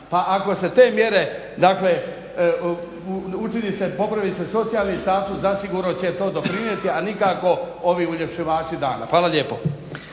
Pa ako se te mjere učini se i popravi socijalni status zasigurno će to doprinijeti, a nikako ovi uljepšivači dana. Hvala lijepo.